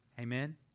Amen